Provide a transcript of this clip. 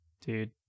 dude